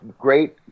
great